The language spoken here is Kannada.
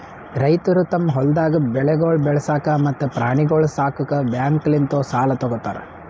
ರೈತುರು ತಮ್ ಹೊಲ್ದಾಗ್ ಬೆಳೆಗೊಳ್ ಬೆಳಸಾಕ್ ಮತ್ತ ಪ್ರಾಣಿಗೊಳ್ ಸಾಕುಕ್ ಬ್ಯಾಂಕ್ಲಿಂತ್ ಸಾಲ ತೊ ಗೋತಾರ್